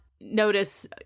notice